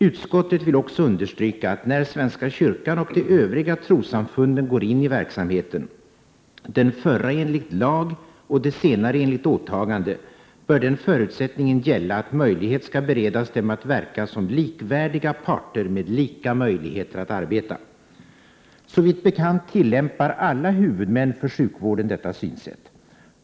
Utskottet vill också understryka att när svenska kyrkan och de övriga trossamfunden går in i verksamheten — den förra enligt lag och de senare enligt åtagande — bör den förutsättningen gälla att möjlighet skall beredas dem att verka som likvärdiga parter med lika möjligheter att arbeta.” Såvitt bekant tillämpar alla huvudmän för sjukvården detta synsätt.